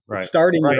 starting